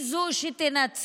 היא זו שתנצח.